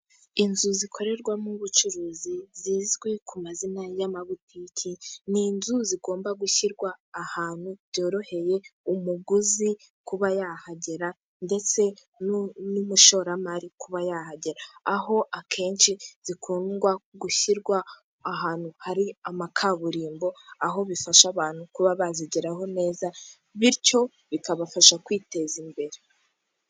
Inzu zikorerwamo ubucuruzi zizwi ku mazina y'amabutiki. Ni inzu zigomba gushyirwa ahantu byoroheye umuguzi kuba yahagera. Ndetse n'umushoramari kuba yahagera, aho akenshi zikundwa gushyirwa ahantu hari kaburimbo, aho bifasha abantu kuba bazigeraho neza. Bityo bikabafasha kwiteza imbere.